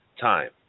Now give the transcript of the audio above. time